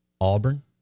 Auburn